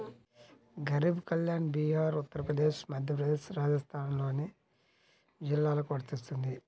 గరీబ్ కళ్యాణ్ బీహార్, ఉత్తరప్రదేశ్, మధ్యప్రదేశ్, రాజస్థాన్లోని జిల్లాలకు వర్తిస్తుంది